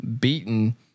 beaten